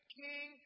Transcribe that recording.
king